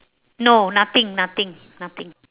no nothing nothing nothing